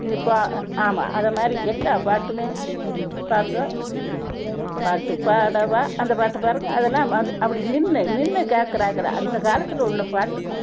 இது பா ஆமாம் அதை மாதிரி எல்லா பாட்டுமே பாருங்க பாட்டு பாடவா அந்த பாட்டு பாருங்க அதெல்லாம் அது அப்படி நின்று நின்று கேட்குறதுக்கு தான் அந்த காலத்தில் உள்ள பாட்டுக்கும்